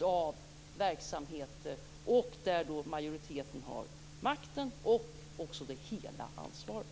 av verksamheter, där majoriteten har makten och även hela ansvaret.